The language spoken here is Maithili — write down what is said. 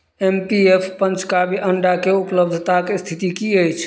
एम पी एफ पंचकावी अण्डाके उपलब्धताके स्थिति की अछि